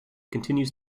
continues